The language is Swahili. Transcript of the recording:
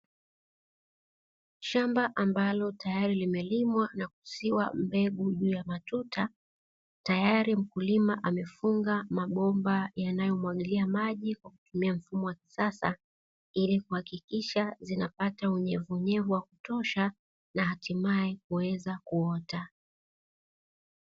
Shamba mbalo tayari limelimwa na kusiwa mbegu bila matuta, tayari mkulima amefunga mabomba yanayomwagilia maji ili kuhakikisha mazao yanapata unyenyekevu wa kutosha.